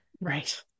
right